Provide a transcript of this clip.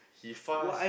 he fast